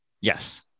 Yes